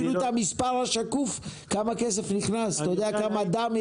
המספר השקוף של הכסף שנכנס אתה יודע כמה דם,